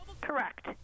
Correct